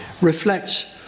reflects